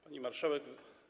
Pani Marszałek!